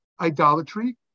idolatry